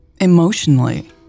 Emotionally